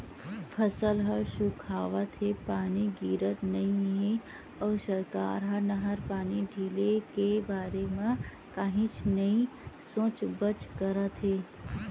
फसल ह सुखावत हे, पानी गिरत नइ हे अउ सरकार ह नहर पानी ढिले के बारे म कहीच नइ सोचबच करत हे